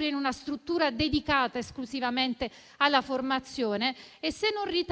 in una struttura dedicata esclusivamente alla formazione, e se non si ritenga